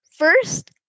First